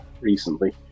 recently